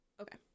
Okay